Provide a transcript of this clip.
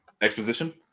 exposition